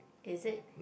is it